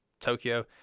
Tokyo